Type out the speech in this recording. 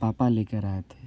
पापा लेकर आए थे